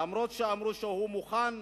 אף-על-פי שאמרו שהוא מוכן,